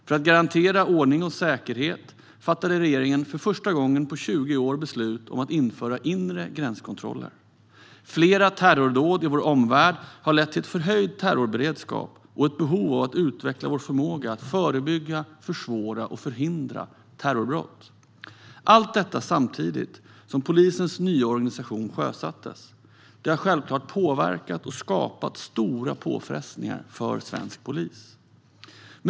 För att garantera ordning och säkerhet fattade regeringen för första gången på 20 år beslut om att införa inre gränskontroller. Flera terrordåd i vår omvärld har lett till förhöjd terrorberedskap och ett behov av att utveckla vår förmåga att förebygga, försvåra och förhindra terrorbrott. Allt detta skedde samtidigt som polisens nya organisation sjösattes. Det har självklart påverkat och skapat stora påfrestningar för svensk polis.